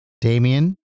Damien